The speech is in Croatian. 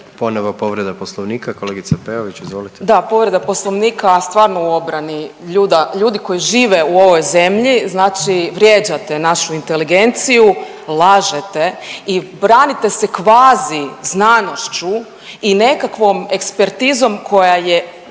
Ponovo povreda Poslovnika, kolegica Peović. Izvolite. **Peović, Katarina (RF)** Da povreda Poslovnika stvarno u obrani ljudi koji žive u ovoj zemlji. Znači vrijeđate našu inteligenciju, lažete i branite se kvazi znanošću i nekakvom ekspertizom koja je